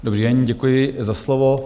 Dobrý den, děkuji za slovo.